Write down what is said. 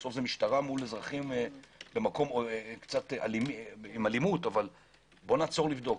זה משטרה מל אזרחים במקום עם אלימות אבל בואו נעצור לבדוק.